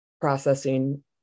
processing